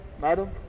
madam